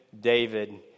David